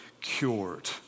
cured